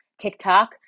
TikTok